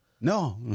No